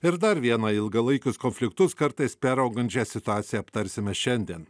ir dar vieną ilgalaikius konfliktus kartais peraugančią situaciją aptarsime šiandien